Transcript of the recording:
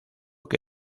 que